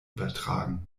übertragen